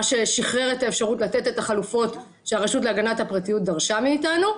מה ששחרר את האפשרות לתת את החלופות שהרשות להגנת הפרטיות דרשה מאיתנו.